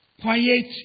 quiet